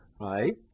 right